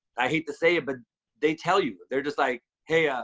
i hate to say it, but they tell you. they're just like, hey, ah